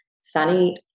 sunny